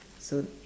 so